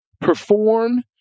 perform